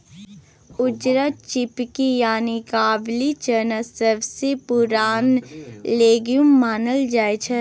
उजरा चिकपी यानी काबुली चना सबसँ पुरान लेग्युम मानल जाइ छै